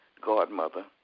godmother